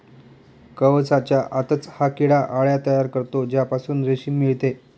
कवचाच्या आतच हा किडा अळ्या तयार करतो ज्यापासून रेशीम मिळते